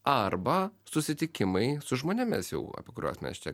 arba susitikimai su žmonėmis jau apie kuriuos mes čia